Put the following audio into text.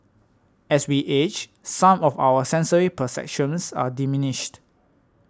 as we age some of our sensory perceptions are diminished